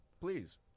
Please